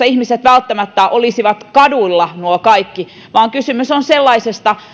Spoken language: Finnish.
ihmiset välttämättä olisivat kadulla vaan kysymys on sellaisesta